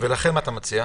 ולכן מה אתה מציע?